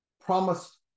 promised